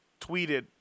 tweeted